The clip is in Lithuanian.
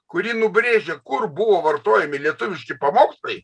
kuri nubrėžė kur buvo vartojami lietuviški pamokslai